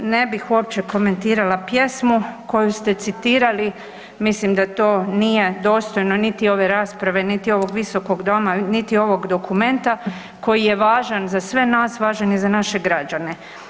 Ne bih uopće komentirala pjesmu koju ste citirali, mislim da to nije dostojno niti ove rasprave niti ovog Visokog doma niti ovog dokumenta koji je važan za sve nas, važan je za naše građane.